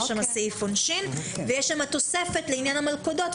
יש שם סעיף עונשין ויש שם תוספת לעניין המלכודות.